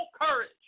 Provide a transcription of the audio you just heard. courage